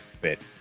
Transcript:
bit